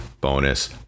bonus